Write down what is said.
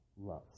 loves